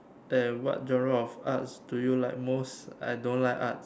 and what genre of arts do you like most I don't like arts